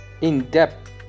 in-depth